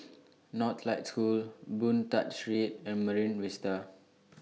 Northlight School Boon Tat Street and Marine Vista